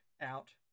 out